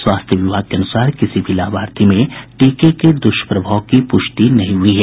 स्वास्थ्य विभाग के अनुसार किसी भी लाभार्थी में टीके के दुष्प्रभाव की पुष्टि नहीं हुई है